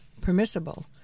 permissible